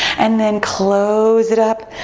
and then close it up.